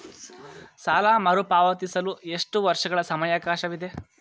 ಸಾಲ ಮರುಪಾವತಿಸಲು ಎಷ್ಟು ವರ್ಷಗಳ ಸಮಯಾವಕಾಶವಿದೆ?